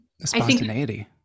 Spontaneity